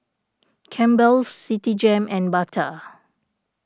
Campbell's Citigem and Bata